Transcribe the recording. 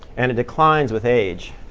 and it declines with age.